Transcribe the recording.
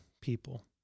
people